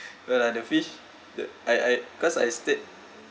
no lah the fish the I I cause I stayed